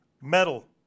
Metal